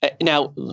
now